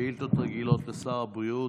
שאילתות רגילות לשר הבריאות.